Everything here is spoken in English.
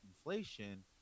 inflation